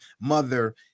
mother